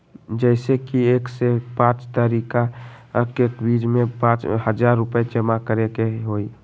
जैसे कि एक से पाँच तारीक के बीज में पाँच हजार रुपया जमा करेके ही हैई?